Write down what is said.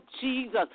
Jesus